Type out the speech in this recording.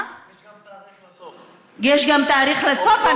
יש גם תאריך לסוף: אוקטובר 2019. יש גם תאריך לסוף,